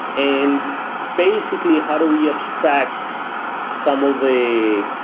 and basically, how do we abstract some of the,